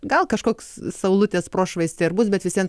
gal kažkoks saulutės prošvaistė ir bus bet vis vien